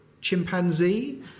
chimpanzee